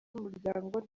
umuryango